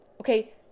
Okay